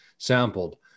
sampled